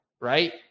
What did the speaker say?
right